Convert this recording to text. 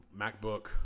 macbook